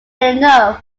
enough